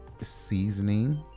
seasoning